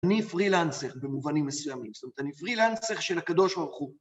אני פרילנסר במובנים מסוימים, זאת אומרת, אני פרילנסר של הקדוש ברוך הוא.